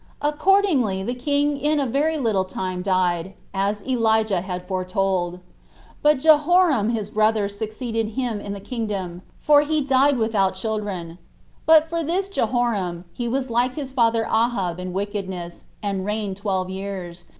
accordingly the king in a very little time died, as elijah had foretold but jehoram his brother succeeded him in the kingdom, for he died without children but for this jehoram, he was like his father ahab in wickedness, and reigned twelve years,